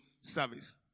service